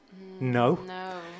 no